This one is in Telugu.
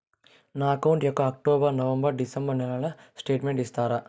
నా అకౌంట్ యొక్క అక్టోబర్, నవంబర్, డిసెంబరు నెలల స్టేట్మెంట్ ఇస్తారా?